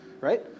right